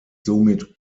somit